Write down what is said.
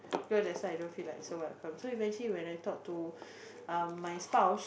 well that's why i don't feel like so welcome so eventually when I talk to um my spouse